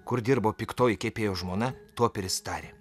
kur dirbo piktoji kepėjo žmona toperis tarė